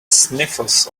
sniffles